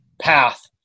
path